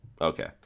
Okay